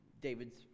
David's